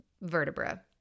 vertebra